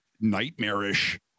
nightmarish